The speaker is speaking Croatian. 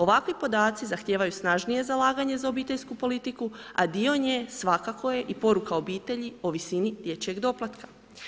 Ovakvi podaci zahtijevaju snažnije zalaganje za obiteljsku politiku a dio nje svakako je i poruka obitelji o visini dječjeg doplatka.